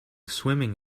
swimming